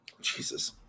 Jesus